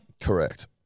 Correct